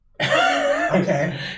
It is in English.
Okay